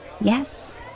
Yes